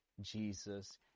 jesus